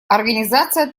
организация